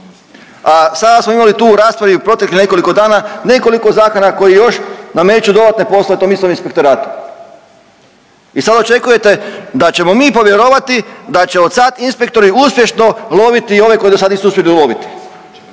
a sada smo imali tu u raspravi u proteklih nekoliko dana nekoliko zakona koji još nameću dodatne poslove tom istom Inspektoratu i sad očekujete da ćemo mi povjerovati da će od sad inspektori uspješno loviti ove koje do sad nisu uspjeli uloviti.